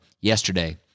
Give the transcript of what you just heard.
Yesterday